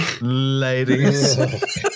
Ladies